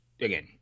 again